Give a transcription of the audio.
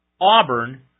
Auburn